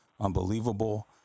unbelievable